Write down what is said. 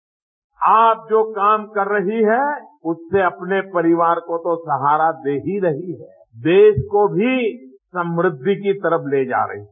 bite आज जो काम कर रही हैं उससे अपने परिवार को तो सहारा दे ही रही हैं देश को भी समृद्धि की तरफ ले जा रही हैं